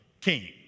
king